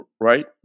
right